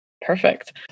Perfect